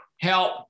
help